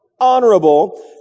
honorable